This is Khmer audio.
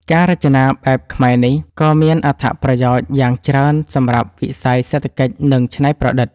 ការរចនាបែបខ្មែរនេះក៏មានអត្ថប្រយោជន៍យ៉ាងច្រើនសម្រាប់វិស័យសេដ្ឋកិច្ច និងច្នៃប្រឌិត។